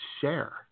share